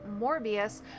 morbius